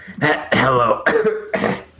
Hello